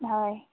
হয়